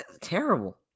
Terrible